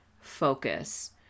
focus